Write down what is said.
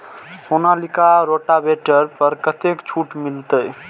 Sonalika rotavator पर कतेक छूट मिलते?